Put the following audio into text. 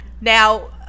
Now